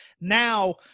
Now